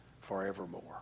forevermore